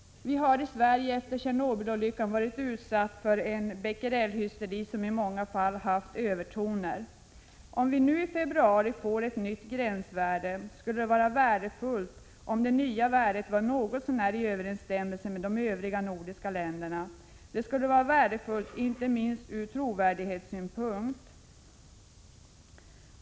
Vi har i Sverige efter Tjernobylolyckan varit utsatta för en becquerelhysteri som i många fall haft övertoner. Det skulle vara värdefullt om det nya riktvärde vi får i februari vore något så när i överensstämmelse med riktvärdena i de övriga nordiska länderna. Detta vore värdefullt inte minst ur trovärdighetssynpunkt.